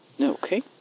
Okay